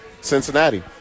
Cincinnati